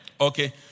Okay